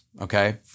okay